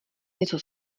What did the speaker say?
něco